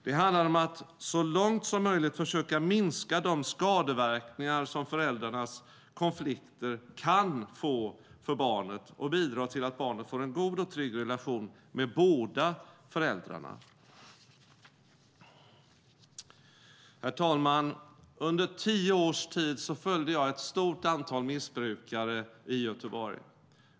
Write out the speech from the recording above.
Det handlar om att så långt som möjligt försöka minska de skadeverkningar som föräldrarnas konflikter kan få för barnet och bidra till att barnet får en god och trygg relation med båda föräldrarna. Under tio års tid följde jag ett stort antal missbrukare i Göteborg.